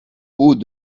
haut